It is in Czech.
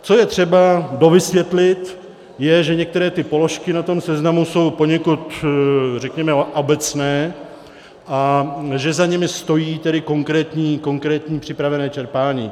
Co je třeba dovysvětlit, je, že některé položky na tom seznamu jsou poněkud, řekněme, obecné a že za nimi stojí tedy konkrétní připravené čerpání.